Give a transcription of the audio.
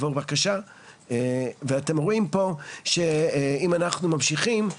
אתם רואים פה שאם אנחנו ממשיכים,